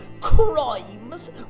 crimes